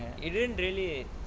it didn't really